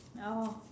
no